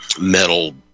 metal